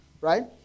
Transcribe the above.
right